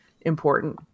Important